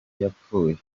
yapfuye